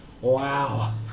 Wow